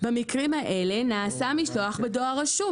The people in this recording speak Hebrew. במקרים האלה נעשה משלוח בדואר רשום.